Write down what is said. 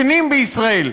בישראל,